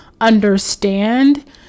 understand